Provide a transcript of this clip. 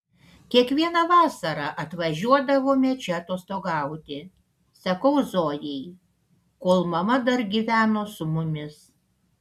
kiekvieną vasarą atvažiuodavome čia atostogauti sakau zojai kol mama dar gyveno su mumis